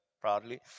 proudly